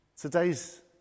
today's